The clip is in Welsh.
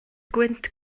gwynt